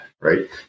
Right